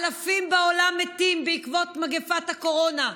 אלפים בעולם מתים בעקבות מגפת הקורונה.